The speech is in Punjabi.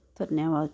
ਧੰਨਿਆਵਾਦ ਜੀ